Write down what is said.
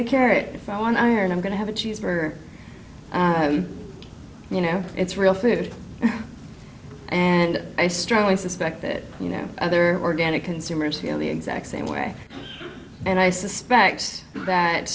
a carrot if i want iron i'm going to have a cheeseburger you know it's real food and i strongly suspect that you know other organic consumers feel the exact same way and i suspect x that